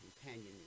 companion